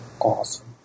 awesome